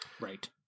Right